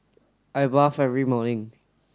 I bath every morning